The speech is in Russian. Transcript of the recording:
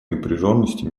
напряженности